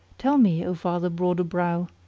tell me, o father broad o' brow,